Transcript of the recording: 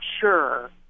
sure